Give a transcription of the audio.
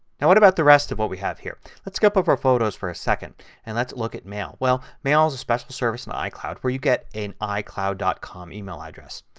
now what about the rest of what we have here. let's jump over photos for a second and let's look at mail. well mail is a special service in icloud where you get an icloud dot com email address.